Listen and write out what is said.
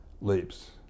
leaps